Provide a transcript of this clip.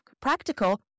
practical